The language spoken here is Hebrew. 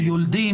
יולדים.